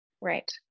Right